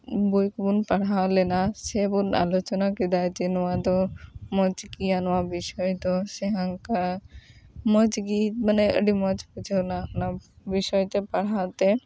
ᱵᱳᱭ ᱠᱚᱵᱚᱱ ᱯᱟᱲᱦᱟᱣ ᱞᱮᱱᱟ ᱥᱮ ᱵᱚᱱ ᱟᱞᱚᱪᱚᱱᱟ ᱠᱮᱫᱟ ᱡᱮ ᱱᱚᱣᱟ ᱫᱚ ᱢᱚᱡᱽ ᱜᱮᱭᱟ ᱱᱚᱣᱟ ᱵᱤᱥᱚᱭ ᱫᱚ ᱥᱮ ᱦᱟᱱᱠᱟ ᱢᱚᱡᱽ ᱜᱤᱢᱟᱱᱮ ᱟᱹᱰᱤ ᱢᱚᱡᱽ ᱵᱩᱡᱷᱟᱹᱣ ᱮᱱᱟ ᱚᱱᱟᱵᱤᱥᱚᱭ ᱛᱮ ᱯᱟᱲᱦᱟᱣ ᱛᱮ